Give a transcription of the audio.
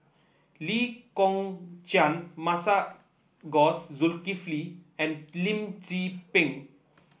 Lee Kong Chian Masagos Zulkifli and Lim Tze Peng